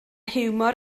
hiwmor